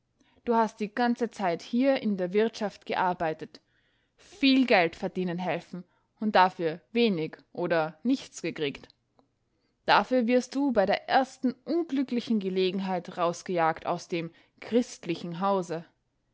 du hast die ganze zeit hier in der wirtschaft gearbeitet viel geld verdienen helfen und dafür wenig oder nichts gekriegt dafür wirst du bei der ersten unglücklichen gelegenheit rausgejagt aus dem christlichen hause